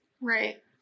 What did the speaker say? Right